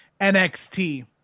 NXT